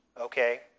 okay